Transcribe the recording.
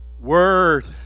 word